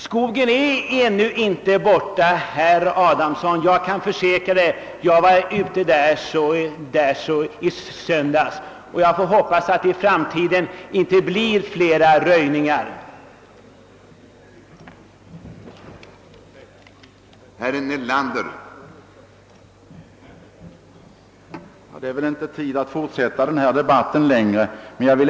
Skogen är lyckligtvis ännu inte helt borta, herr Adamsson — det kan jag försäkra eftersom jag var ute där i söndags — och jag hoppas att det i framtiden inte blir fler »röjningar» vare sig genom storm eller för ett nytt flygfält.